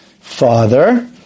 father